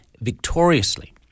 victoriously